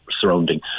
surrounding